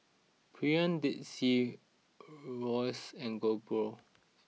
Premier Dead Sea Royce and GoPro